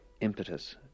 impetus